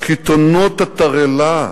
קיתונות התרעלה.